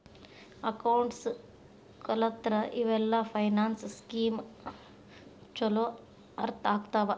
accounts ಕಲತ್ರ ಇವೆಲ್ಲ finance scheme ಚೊಲೋ ಅರ್ಥ ಆಗ್ತವಾ